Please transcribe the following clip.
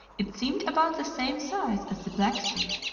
it seemed about the same size as the black sea,